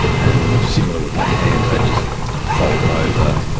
and similar with my hands, they'd just folded over